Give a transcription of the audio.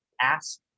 ask